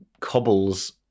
cobbles